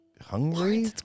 hungry